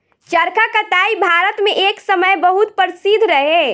चरखा कताई भारत मे एक समय बहुत प्रसिद्ध रहे